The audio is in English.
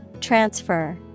Transfer